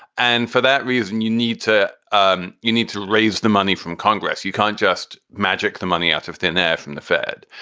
and for that reason, you need to um you need to raise the money from congress. you can't just magic the money out of thin air from the fed.